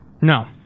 No